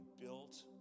built